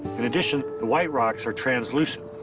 in addition, the white rocks are translucent.